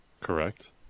Correct